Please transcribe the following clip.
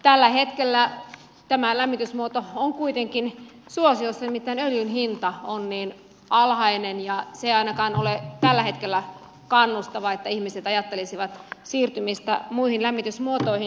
tällä hetkellä tämä lämmitysmuoto on kuitenkin suosiossa nimittäin öljyn hinta on niin alhainen ja se ei ainakaan ole tällä hetkellä kannustavaa siten että ihmiset ajattelisivat siirtymistä muihin lämmitysmuotoihin